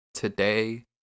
Today